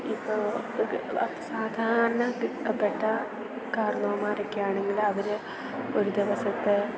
ഇപ്പോൾ സാധാരണ പി പ്പെട്ട കാർന്നോന്മാരൊക്കെയാണെങ്കില് അവര് ഒരു ദിവസത്തെ